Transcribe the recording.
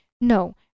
no